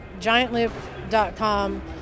giantloop.com